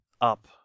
Up